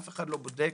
אף אחד לא בודק,